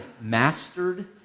mastered